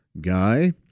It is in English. guy